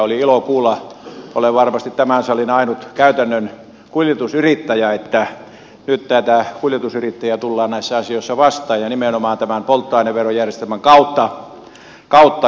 oli ilo kuulla olen varmasti tämän salin ainut käytännön kuljetusyrittäjä että nyt kuljetusyrittäjiä tullaan näissä asioissa vastaan ja nimenomaan tämän polttoaineverojärjestelmän kautta